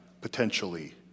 potentially